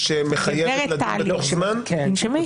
הגב' טלי, תנשמי.